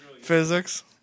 physics